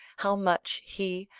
how much he,